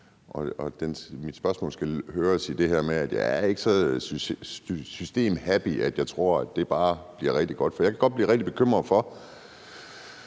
mit spørgsmål skal høres sådan, at jeg ikke er så systemglad, at jeg bare tror, at det bliver rigtig godt. For jeg kan godt blive rigtig bekymret for,